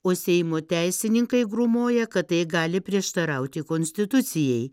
o seimo teisininkai grūmoja kad tai gali prieštarauti konstitucijai